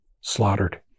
slaughtered